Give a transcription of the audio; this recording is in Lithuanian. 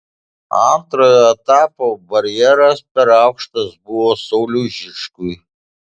antrojo etapo barjeras per aukštas buvo sauliui žičkui